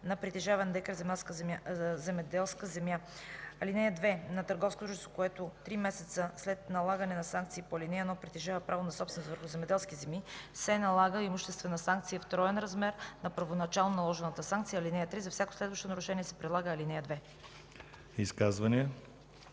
на притежаван декар земеделска земя. (2) На търговско дружество, което три месеца след налагане на санкция по ал. 1 притежава право на собственост върху земеделски земи, се налага имуществена санкция в троен размер на първоначално наложената санкция. (3) За всяко следващо нарушение се прилага ал. 2.”